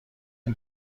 این